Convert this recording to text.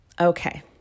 Okay